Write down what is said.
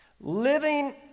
Living